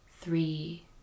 three